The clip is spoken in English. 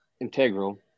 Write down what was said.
integral